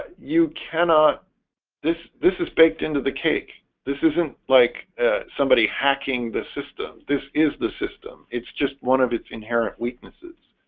you cannot this this is baked into the cake this isn't like somebody hacking the system. this is the system it's just one of its inherent weaknesses